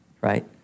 right